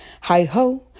Hi-ho